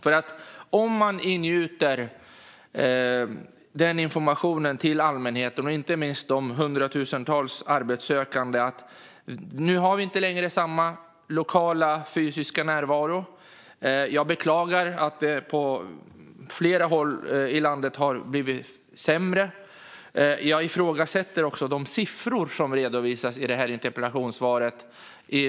Nu ger man allmänheten informationen, inte minst de hundratusentals arbetssökande, att man inte längre har samma lokala fysiska närvaro. Jag beklagar att det på flera håll i landet har blivit sämre. Jag ifrågasätter också de siffror som redovisas i interpellationssvaret.